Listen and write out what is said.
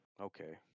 Okay